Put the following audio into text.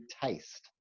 taste